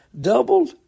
Doubled